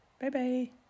Bye-bye